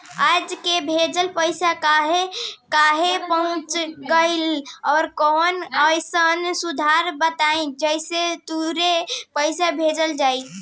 आज के भेजल पैसा कालहे काहे पहुचेला और कौनों अइसन सुविधा बताई जेसे तुरंते पैसा भेजल जा सके?